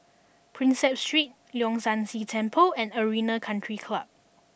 Prinsep Street Leong San See Temple and Arena Country Club